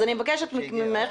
אז אני מבקשת ממך,